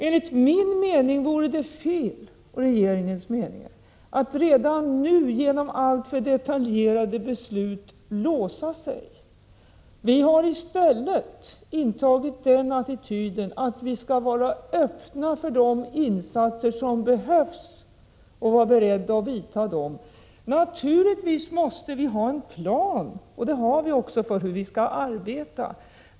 Enligt min och regeringens mening vore det fel att redan nu genom alltför detaljerade beslut låsa sig. Vi har i stället intagit den attityden att vi skall vara öppna för de insatser som behövs och vara beredda att göra dem. Naturligtvis skall vi ha en plan, och det har vi också, för hur vi skall arbeta.